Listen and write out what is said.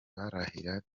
barahira